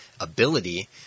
ability